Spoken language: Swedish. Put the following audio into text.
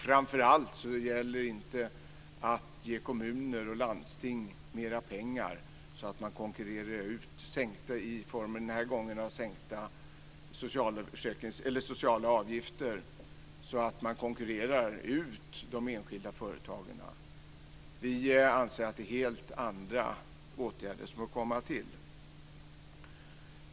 Framför allt gäller det att inte ge kommuner och landsting mera pengar - den här gången i form av sänkta sociala avgifter - så att de konkurrerar ut de enskilda företagen. Vi anser att det är helt andra åtgärder som bör komma till.